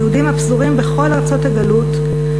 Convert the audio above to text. היהודים הפזורים בכל ארצות הגלות,